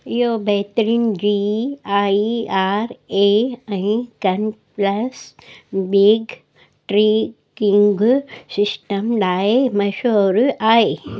इहो बहितरीन जी आई आर ए ऐं कंप्लस बेग ट्रैकिंग सिस्टम लाइ मशहूरु आहे